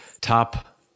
top